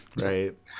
right